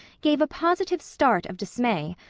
gave a positive start of dismay.